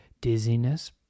dizziness